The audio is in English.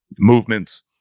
Movements